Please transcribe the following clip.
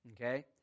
Okay